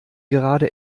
gerade